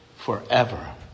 Forever